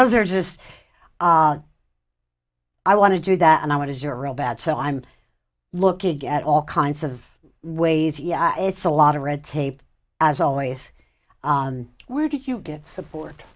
cleanup they're just i want to do that and i want is your real bad so i'm looking at all kinds of ways yeah it's a lot of red tape as always where did you get support